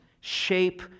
shape